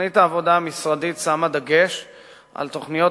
תוכנית העבודה המשרדית שמה דגש על תוכניות